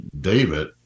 David